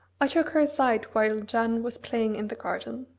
i took her aside while jeanne was playing in the garden.